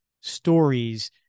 stories